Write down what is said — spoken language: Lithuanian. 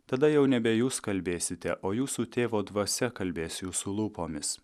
tada jau nebe jūs kalbėsite o jūsų tėvo dvasia kalbės jūsų lūpomis